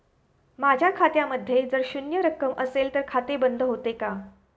माझ्या खात्यामध्ये जर शून्य रक्कम असेल तर खाते बंद होते का?